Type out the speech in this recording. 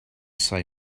say